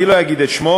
אני לא אגיד את שמו,